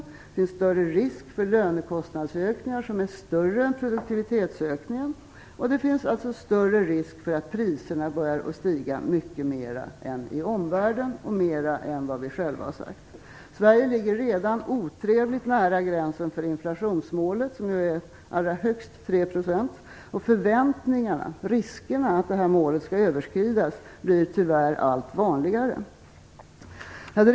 Det finns större risk för lönekostnadsökningar som är större än produktivitetsökningen, och det finns större risk för att priserna börjar stiga mycket mer än i omvärlden och mer än vad vi själva har sagt. Sverige ligger redan otrevligt nära gränsen för inflationsmålet, vilket som allra högst är 3 %. Förväntningar på att målet skall överskridas blir tyvärr allt vanligare och riskerna för detta blir tyvärr allt större.